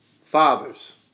fathers